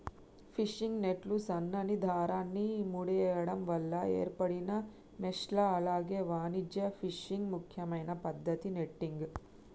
fishing నెట్లు సన్నని దారాన్ని ముడేయడం వల్ల ఏర్పడిన మెష్లు అలాగే వాణిజ్య ఫిషింగ్ ముఖ్యమైన పద్దతి నెట్టింగ్